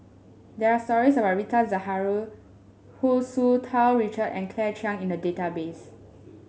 there are stories about Rita Zahara Hu Tsu Tau Richard and Claire Chiang in the database